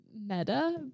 meta